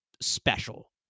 special